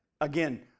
again